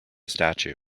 statue